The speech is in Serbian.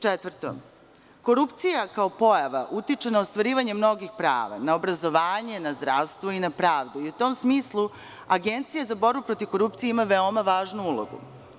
Četvrto, korupcija, kao pojava, utiče na ostvarivanje mnogih prava, na obrazovanje, na zdravstvo i na pravdu i u tom smislu Agencija za borbu protiv korupcije ima veoma važnu ulogu.